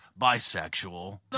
bisexual